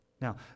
Now